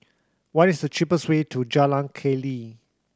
what is the cheapest way to Jalan Keli